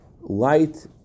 Light